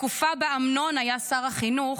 בתקופה שבה אמנון היה שר החינוך,